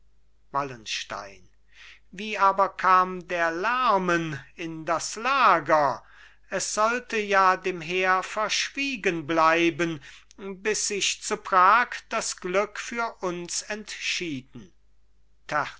wallenstein wie aber kam der lärmen in das lager es sollte ja dem heer verschwiegen bleiben bis sich zu prag das glück für uns entschieden